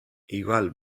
igual